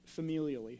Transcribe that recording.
Familially